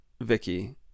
vicky